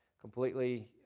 completely